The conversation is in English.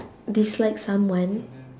dislike someone